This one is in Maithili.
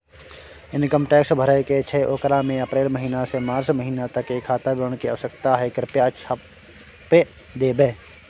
इनकम टैक्स भरय के छै ओकरा में अप्रैल महिना से मार्च महिना तक के खाता विवरण के आवश्यकता हय कृप्या छाय्प देबै?